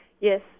Yes